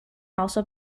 also